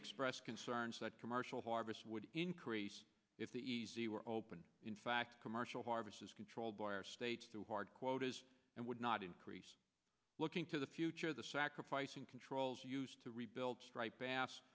expressed concerns that commercial harvest would increase if the easy were open in fact commercial harvest is controlled by our states through hard quotas and would not increase looking to the future the sacrificing controls used to rebuild striped bass